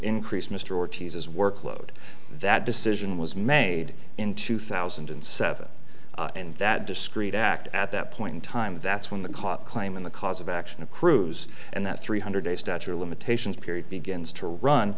increase mr ortiz's workload that decision was made in two thousand and seven and that discrete act at that point in time that's when the caught claim in the cause of action accrues and that three hundred a statute of limitations period begins to run